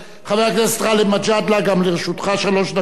חבר הכנסת גאלב מג'אדלה, גם לרשותך שלוש דקות,